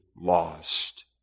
lost